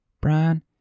Brian